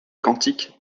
quantique